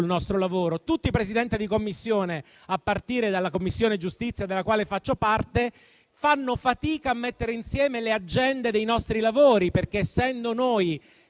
sul nostro lavoro. Tutti i Presidenti di Commissione, a partire dalla Commissione giustizia, della quale faccio parte, fanno fatica a mettere insieme le agende dei nostri lavori. Essendo